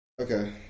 Okay